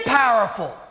powerful